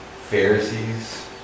Pharisees